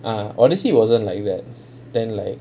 ah odyssey wasn't like that then like